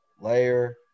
layer